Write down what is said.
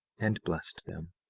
and blessed them,